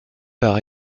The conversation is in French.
par